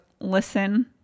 listen